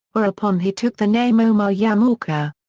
whereupon he took the name omar yamaoka.